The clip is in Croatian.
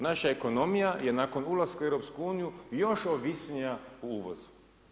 Naša ekonomija je nakon ulaska u EU, još ovisnija u uvozu.